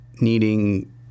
needing